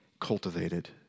cultivated